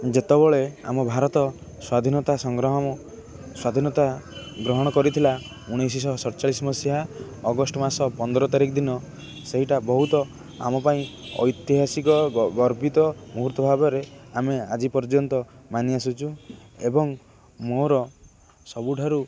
ଯେତେବେଳେ ଆମ ଭାରତ ସ୍ଵାଧୀନତା ସଂଗ୍ରାମ ସ୍ୱାଧୀନତା ଗ୍ରହଣ କରିଥିଲା ଉଣେଇଶଶହ ସଡ଼ଚାଳିଶ ମସିହା ଅଗଷ୍ଟ ମାସ ପନ୍ଦର ତାରିଖ ଦିନ ସେଇଟା ବହୁତ ଆମ ପାଇଁ ଐତିହାସିକ ଗର୍ବିତ ମୁହୂର୍ତ୍ତ ଭାବରେ ଆମେ ଆଜି ପର୍ଯ୍ୟନ୍ତ ମାନି ଆସୁଛୁ ଏବଂ ମୋର ସବୁଠାରୁ